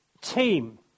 team